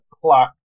clock